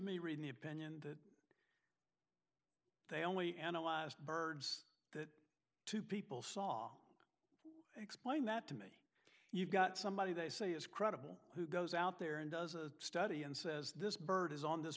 me read the opinion that they only analyzed birds that two people saw explain that to me you've got somebody they say is credible who goes out there and does a study and says this bird is on this